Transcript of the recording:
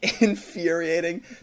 infuriating